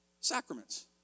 Sacraments